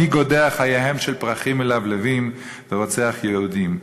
מי גודע חייהם של פרחים מלבלבים ורוצח יהודים?